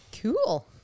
Cool